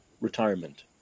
retirement